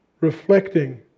reflecting